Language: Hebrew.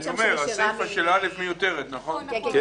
אני אומר שהסיפה של (א) מיותרת, נכון?